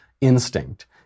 Instinct